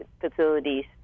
facilities